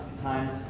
times